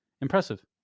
Impressive